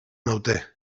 naute